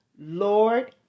Lord